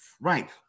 Right